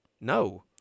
No